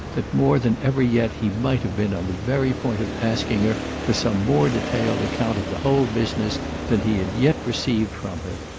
that more than ever yet he might have been on the very point of asking her for some more detailed account of the whole business than he had yet received from her.